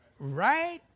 right